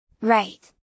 Right